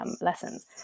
lessons